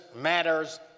matters